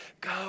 go